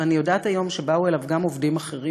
ואני יודעת היום שבאו אליו גם עובדים אחרים,